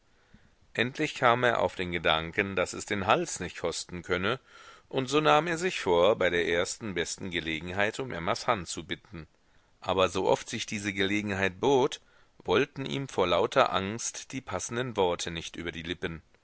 endlich kam er auf den gedanken daß es den hals nicht kosten könne und so nahm er sich vor bei der ersten besten gelegenheit um emmas hand zu bitten aber sooft sich diese gelegenheit bot wollten ihm vor lauter angst die passenden worte nicht über die lippen